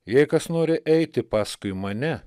jei kas nori eiti paskui mane